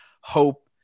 hope